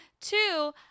Two